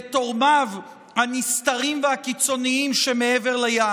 ואת תורמיו הנסתרים והקיצונים שמעבר לים.